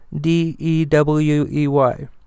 D-E-W-E-Y